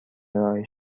ارائه